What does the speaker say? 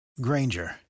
Granger